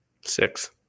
Six